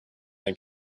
ein